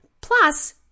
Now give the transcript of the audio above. plus